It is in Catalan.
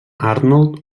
arnold